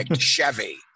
Chevy